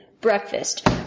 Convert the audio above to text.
breakfast